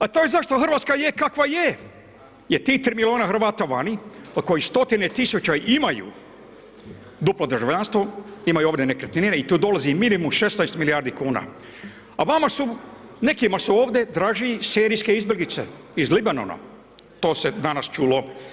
A to je zašto RH je kakva je jer 3 milijuna Hrvata vani od kojih stotine tisuća imaju duplo državljanstvo, imaju ovdje nekretnine i tu dolazi minimum 16 milijardi kuna, a vama su, nekima su ovde draži serijske izbjeglice iz Libanona to se danas čulo.